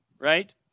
right